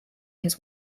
his